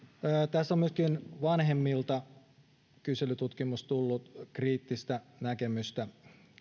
tässä on myöskin vanhemmilta kyselytutkimuksesta tullut kriittistä näkemystä